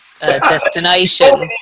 Destinations